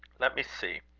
let me see.